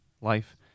life